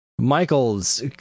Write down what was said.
michael's